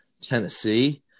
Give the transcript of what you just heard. Tennessee